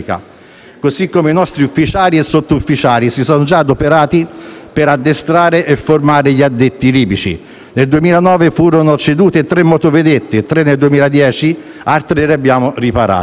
Così come i nostri ufficiali e sottufficiali si sono già adoperati per addestrare e formare gli addetti libici. Nel 2009 furono cedute tre motovedette, tre nel 2010, altre le abbiamo riparate.